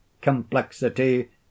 complexity